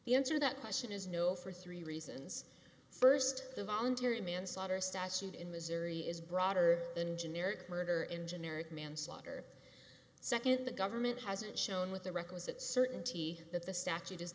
the answer that question is no for three reasons first the voluntary manslaughter statute in missouri is broader than generic murder in generic manslaughter second the government hasn't shown with the requisite certainty that the statute